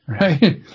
right